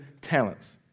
talents